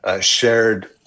shared